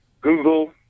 Google